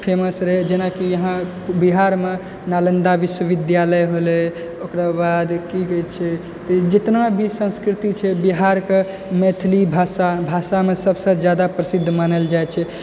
famous रहै जेनाकि यहाँ बिहारमे नालन्दा विश्वविद्यालय होलै ओकरा बाद की कहै छियै जितना भी संस्कृति छै बिहारके मैथिली भाषामे सबसँ जादा प्रसिद्द मानल जाइ छै